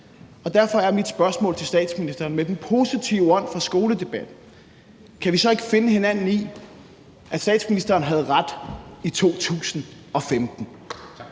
Og derfor er mit spørgsmål til statsministeren: Med den positive ånd fra skoledebatten kan vi så ikke finde hinanden i, at statsministeren havde ret i 2015?